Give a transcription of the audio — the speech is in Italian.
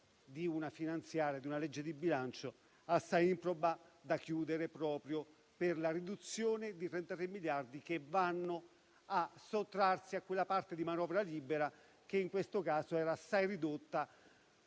di una manovra di bilancio assai improba da chiudere a causa della riduzione di 33 miliardi che vanno a sottrarsi a quella parte di manovra libera che in questo caso era assai ridotta